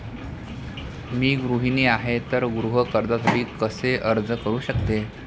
मी गृहिणी आहे तर गृह कर्जासाठी कसे अर्ज करू शकते?